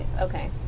Okay